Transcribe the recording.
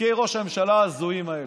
לתיקי ראש הממשלה ההזויים האלה.